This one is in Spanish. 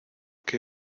qué